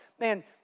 man